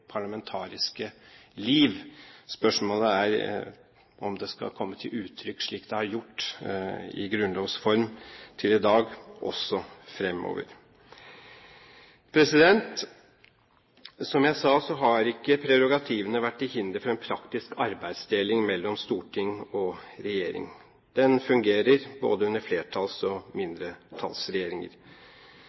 parlamentariske liv. Spørsmålet er om det skal komme til uttrykk i grunnlovs form slik det har gjort, til i dag, også fremover. Som jeg sa har ikke prerogativene vært til hinder for en praktisk arbeidsdeling mellom storting og regjering. Den fungerer under både flertalls- og mindretallsregjeringer.